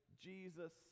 Jesus